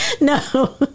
No